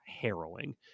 harrowing